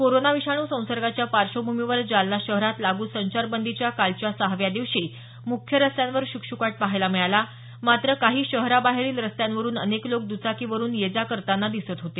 corona विषाणू संसर्गाच्या पार्श्वभूमीवर जालना शहरात लागू संचारबंदीच्या कालच्या सहाव्या दिवशी मुख्य रस्त्यांवर शुकशुकाट पहायला मिळाला मात्र काही शहराबाहेरील रस्त्यांवरून अनेक लोक दचाकीवरून ये जा करताना दिसत होते